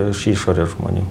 iš išorės žmonių